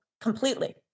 completely